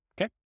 Okay